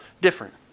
different